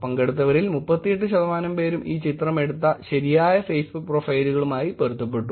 പങ്കെടുത്തവരിൽ 38 ശതമാനം പേരും ഈ ചിത്രം എടുത്ത ശരിയായ ഫേസ്ബുക്ക് പ്രൊഫൈലുകളുമായി പൊരുത്തപ്പെട്ടു